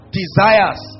desires